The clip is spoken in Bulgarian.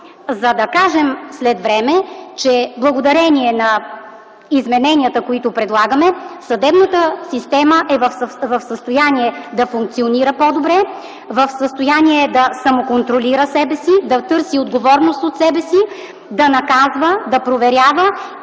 да кажем след време, че благодарение на измененията, които предлагаме, съдебната система е в състояние да функционира по-добре, да самоконтролира себе си, да търси отговорност от себе си, да наказва, да проверява